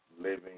living